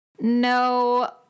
No